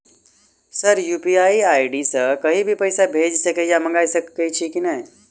Sir UPI ID सँ कहि भी पैसा भेजि सकै या मंगा सकै छी की न ई?